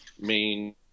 main